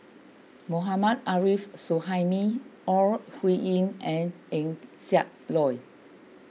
Mohammad Arif Suhaimi Ore Huiying and Eng Siak Loy